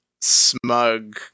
smug